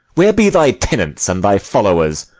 where be thy tenants and thy followers?